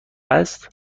است